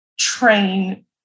train